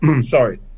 sorry